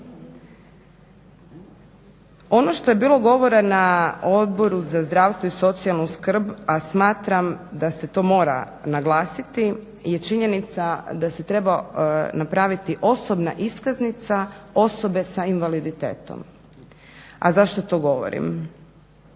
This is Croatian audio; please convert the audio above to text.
Ono što je bilo govora na Odboru za zdravstvo i socijalnu skrb, a smatram da se to mora naglasiti, je činjenica da se treba napraviti osobna iskaznica osobe s invaliditetom. A zašto to govorim?